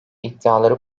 iddiaları